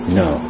no